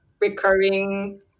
recurring